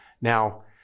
Now